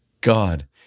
God